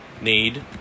need